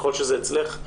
ככל שזה אצלך,